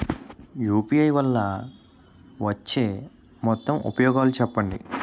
UPI వల్ల వచ్చే మొత్తం ఉపయోగాలు చెప్పండి?